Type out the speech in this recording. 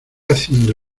haciendo